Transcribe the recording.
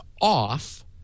off